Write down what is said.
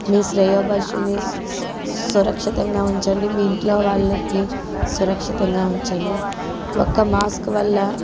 మీ శ్రేయోభాషులని సురక్షితంగా ఉంచండి మీ ఇంట్లో వాళ్ళకి సురక్షితంగా ఉంచండి ఒక మాస్క్ వల్ల